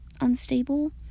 Unstable